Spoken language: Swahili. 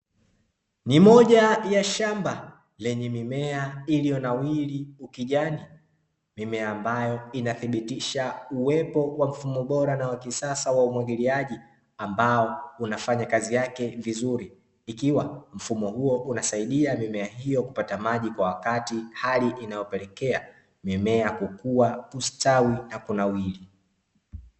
Ni moja ya shamba lenye mimea iliyonawiri ukijani, mimea ambayo inathibitisha uwepo wa mfumo bora na wa kisasa wa umwagiliaji ambao unafanya kazi yake vizuri ikiwa mfumo huo unasaidia mimea hiyo kupata maji kwa wakati, hali ambayo inapelekea mimea kukua, kustawi na kunawiri.